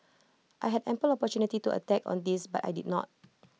I had ample opportunity to attack on this but I did not